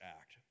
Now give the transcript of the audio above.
act